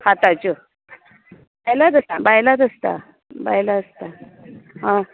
हाताच्यो येल्यार जाता बायलांत आसता बायलात आसता बायलां आसता आह